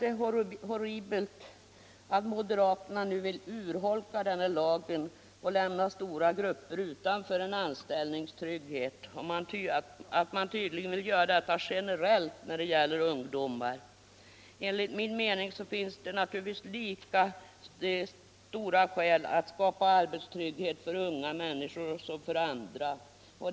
| Det är horribelt att moderaterna nu vill urholka lagen och lämna stora grupper utanför en anställningstrygghet och att man tydligen vill göra detta generellt när det gäller ungdomar. Enligt min mening finns det lika stora skäl att skapa arbetstrygghet för unga människor som för andra.